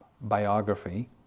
biography